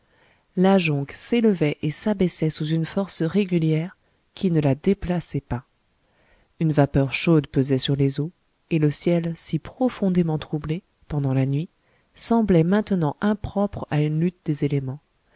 la jonque s'élevait et s'abaissait sous une force régulière qui ne la déplaçait pas une vapeur chaude pesait sur les eaux et le ciel si profondément troublé pendant la nuit semblait maintenant impropre à une lutte des éléments